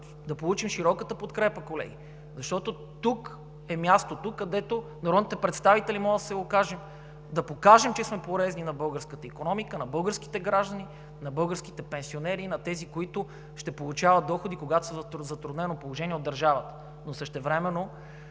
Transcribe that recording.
да получим широката подкрепа, колеги, защото това е мястото, където народните представители можем да покажем, че сме полезни на българската икономика, на българските граждани, на българските пенсионери и на тези, които ще получават доходи от държавата, когато са в затруднено положение. Но същевременно